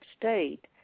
state